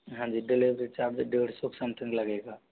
हाँ जी delivery charge डेढ़ सौ समथिंग लगेगा